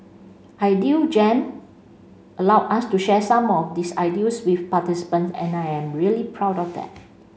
idea Jam allowed us to share some of these ideals with participants and I am really proud of that